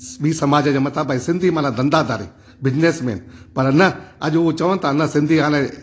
ॿी समाज जे मथा बई सिंधी मना धंधादारी बिज़नैस मेन पर न अॼ उहो चवनि था न सिंधी हाणे